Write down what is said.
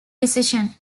decision